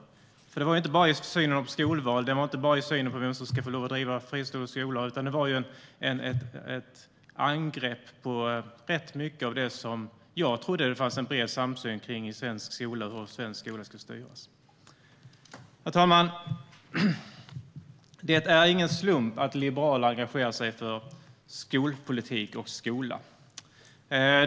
Inlägget handlade inte bara om synen på skolval, inte bara synen på vem som ska få lov att driva fristående skolor, utan det var ett angrepp på rätt mycket av det som jag trodde att det fanns en bred samsyn kring beträffande svensk skola och hur svensk skola ska styras. Herr talman! Det är ingen slump att Liberalerna engagerar sig för skolpolitik och skola.